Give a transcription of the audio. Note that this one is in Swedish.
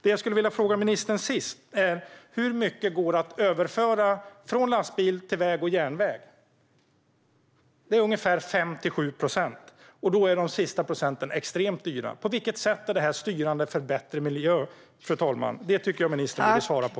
Det jag skulle vilja fråga ministern till sist är: Hur mycket går det att överföra från lastbil till väg och järnväg? Det är ungefär 57 procent, och de sista procenten är extremt dyra. Och på vilket sätt är detta styrande för bättre miljö, fru talman? Det tycker jag att ministern borde svara på.